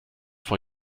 vor